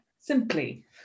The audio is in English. Simply